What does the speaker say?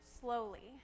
slowly